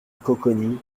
coconi